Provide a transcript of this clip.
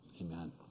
Amen